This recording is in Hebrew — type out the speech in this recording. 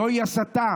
זוהי הסתה.